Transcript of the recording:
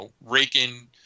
raking